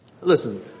Listen